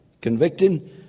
convicted